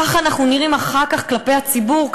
כך אנחנו נראים אחר כך כלפי הציבור,